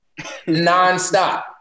nonstop